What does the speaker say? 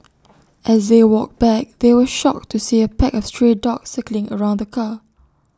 as they walked back they were shocked to see A pack of stray dogs circling around the car